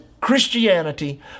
Christianity